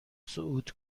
صعود